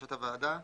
לבקשת הוועדה.